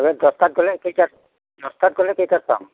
দছটাত গ'লে কেইটাত দছটাত গ'লে কেইটাত পাম